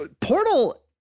portal